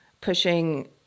pushing